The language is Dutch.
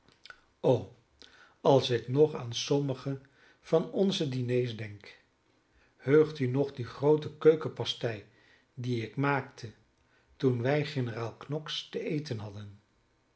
o als ik nog aan sommige van onze diners denk heugt u nog die groote keukenpastei die ik maakte toen wij generaal knox ten eten hadden